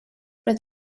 roedd